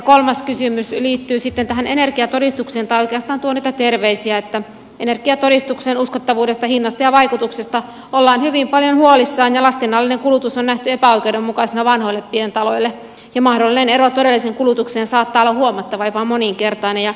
kolmas kysymys liittyy sitten energiatodistukseen tai oikeastaan tuon niitä terveisiä että energiatodistuksen uskottavuudesta hinnasta ja vaikutuksesta ollaan hyvin paljon huolissaan ja laskennallinen kulutus on nähty epäoikeudenmukaisena vanhoille pientaloille ja mahdollinen ero todelliseen kulutukseen saattaa olla huomattava jopa moninkertainen